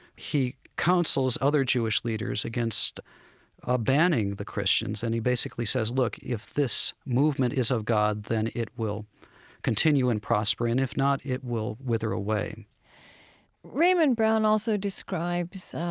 he counsels other jewish leaders against ah banning the christians. and he basically says, look, if this movement is of god, then it will continue and prosper. and if not, it will whither away raymond brown also describes